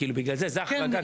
בגלל זה, זה החרגה כבר.